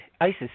ISIS